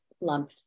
lump